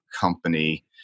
company